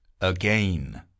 Again